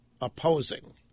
opposing